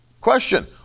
Question